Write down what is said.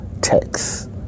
text